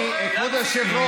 כבוד היושב-ראש,